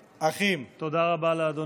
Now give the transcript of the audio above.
תודה רבה, אדוני.